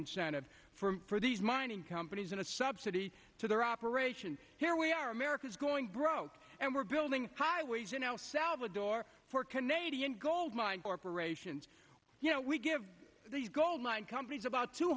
incentive for these mining companies in a subsidy to their operation here we are americans going broke and we're building highways in el salvador for canadian gold mine corporations you know we give these gold mine companies about two